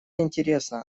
интересно